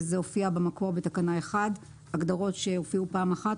במקור זה הופיע בתקנה 1. הגדרות שהופיעו פעם אחת,